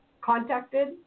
contacted